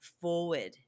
forward